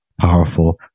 powerful